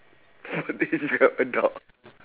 what age we are adult